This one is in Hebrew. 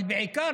בעיקר,